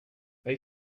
they